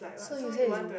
so you say is